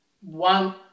one